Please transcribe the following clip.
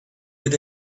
with